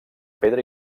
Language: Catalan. pedra